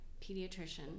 pediatrician